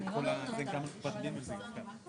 ניתן לפרשנות ואנחנו נצטרך לדייק את הסעיף הזה,